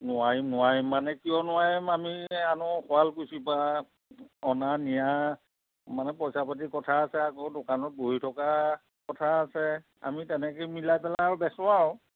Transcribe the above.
নোৱাৰিম নোৱাৰিম নামে কিয় নোৱাৰিম আমি আনো শুৱালকুছিৰ পাৰা অনা নিয়া মানে পইচা পাতিৰ কথা আছে আকৌ দোকানত বহি থকা কথা আছে আমি তেনেকৈ মিলাই পেলাই আৰু বেচোঁ আৰু